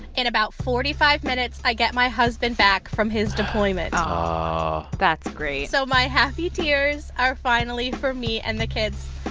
in about forty five minutes, i get my husband back from his deployment aw that's great so my happy tears are finally for me and the kids.